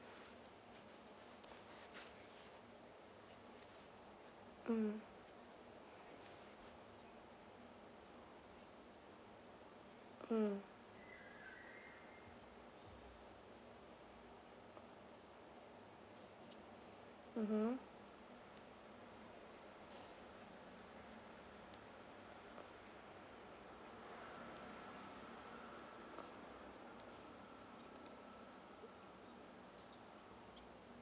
mm mm mmhmm